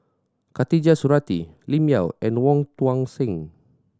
Khatijah Surattee Lim Yau and Wong Tuang Seng